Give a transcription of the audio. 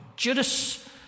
Judas